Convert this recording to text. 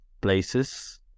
places